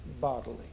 bodily